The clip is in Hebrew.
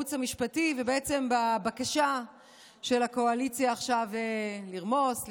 בייעוץ המשפטי ובעצם בבקשה של הקואליציה עכשיו לרמוס,